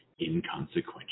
inconsequential